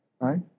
right